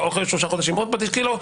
ואחרי עוד שלושה חודשים עוד פטיש קילו,